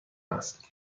است